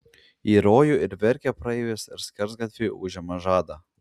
į rojų ir verkia praeivis ir skersgatviui užima žadą